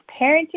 parenting